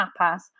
tapas